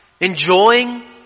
Enjoying